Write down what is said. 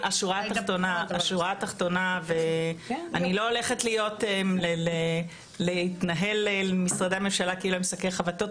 התחתונה ואני לא הולכת להתנהל אל משרדי הממשלה כאילו הם שקי חבטות,